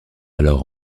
alors